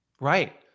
Right